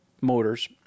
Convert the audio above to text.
Motors